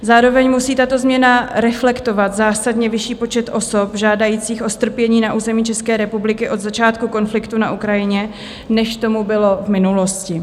Zároveň musí tato změna reflektovat zásadně vyšší počet osob žádajících o strpění na území České republiky od začátku konfliktu na Ukrajině, než tomu bylo v minulosti.